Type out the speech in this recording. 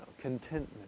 Contentment